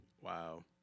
Wow